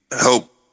help